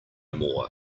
more